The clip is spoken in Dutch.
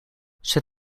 zet